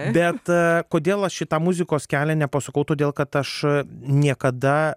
bet kodėl aš į tą muzikos kelią nepasukau todėl kad aš niekada